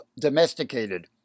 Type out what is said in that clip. domesticated